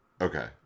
Okay